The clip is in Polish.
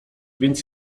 więc